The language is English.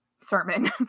sermon